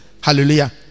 Hallelujah